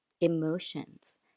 emotions